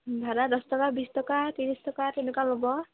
ভাড়া দচ টকা বিছ টকা ত্ৰিছ টকা তেনেকুৱা হ'ব